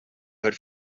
heard